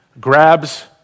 grabs